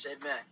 amen